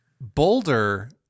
Boulder